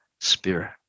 spirit